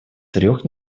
трех